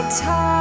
time